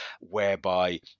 whereby